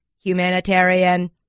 humanitarian